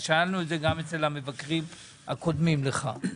שאלנו את זה גם את המבקרים הקודמים לך,